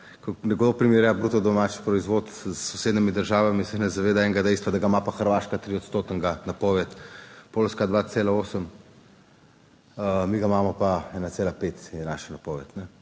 nekdo primerja bruto domači proizvod s sosednjimi državami, se ne zaveda enega dejstva, da ga ima pa Hrvaška triodstotnega napoved, Poljska 2,8, mi ga imamo pa 1,5 je naša napoved.